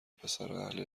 پسراهل